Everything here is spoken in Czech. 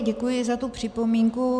Děkuji i za tu připomínku.